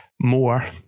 more